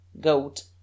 goat